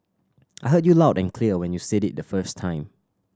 I heard you loud and clear when you said it the first time